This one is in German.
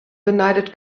beneidet